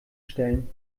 stellen